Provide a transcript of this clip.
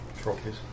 trophies